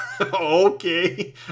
okay